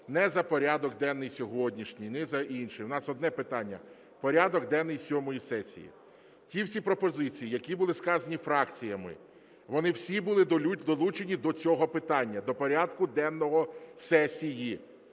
не за порядок денний сьогоднішній, не за інший. У нас одне питання – порядок денний сьомої сесії. Ті всі пропозиції, які були сказані фракціями, вони всі були долучені до цього питання – до порядку денного сесії.